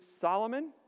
Solomon